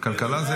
כלכלה.